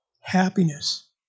happiness